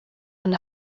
and